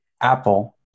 Apple